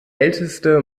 älteste